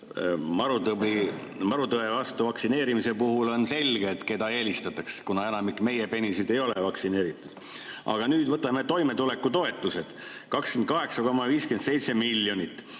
Marutõve vastu vaktsineerimise puhul on selge, keda eelistatakse, kuna enamik meie penisid ei ole vaktsineeritud. Aga nüüd võtame toimetulekutoetused: 28,57 miljonit,